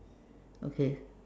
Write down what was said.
okay